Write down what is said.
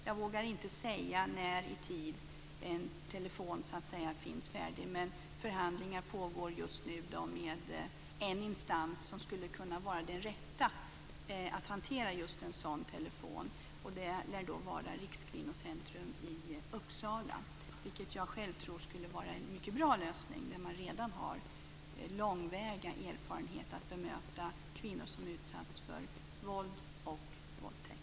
Jag vågar inte säga när i tiden en telefon finns färdig, men förhandlingar pågår just nu med en instans som skulle kunna vara den rätta för att hantera just en sådan telefon. Det lär vara Rikskvinnocentrum i Uppsala, vilket jag själv tror skulle vara en mycket bra lösning. Där har man redan bred erfarenhet av att bemöta kvinnor som har utsatts för våld och våldtäkt.